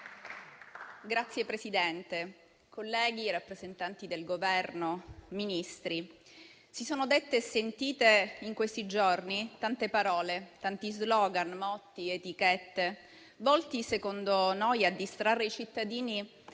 Signor Presidente, colleghi, rappresentanti del Governo, Ministri, si sono dette e sentite in questi giorni tante parole, tanti *slogan*, motti ed etichette, volti secondo noi a distrarre i cittadini